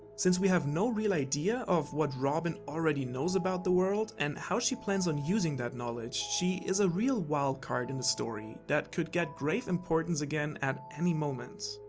since we have no real idea of what robin already knows about the world and how she plans on using that knowledge, she is a real wildcard in the story that could get grave importance at any moment.